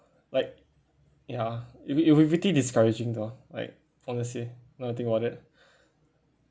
like ya it will it will be pretty discouraging though like honestly now that I think about it